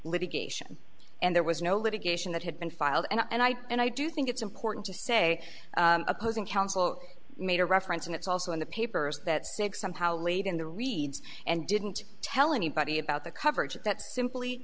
litigation and there was no litigation that had been filed and i and i do think it's important to say opposing counsel made a reference and it's also in the papers that six somehow late in the reads and didn't tell anybody about the coverage that's simply